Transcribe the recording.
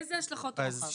איזה השלכות רוחב?